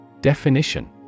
Definition